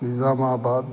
Nizamabad